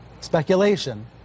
speculation